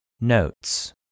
Notes